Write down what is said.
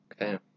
Okay